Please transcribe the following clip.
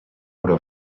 però